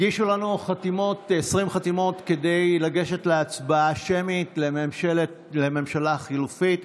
הגישו לנו 20 חתימות כדי לגשת להצבעה שמית על ממשלה חלופית.